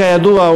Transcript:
כידוע,